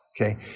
Okay